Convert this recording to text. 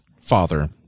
father